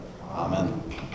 Amen